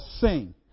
sing